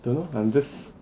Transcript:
don't know I'm just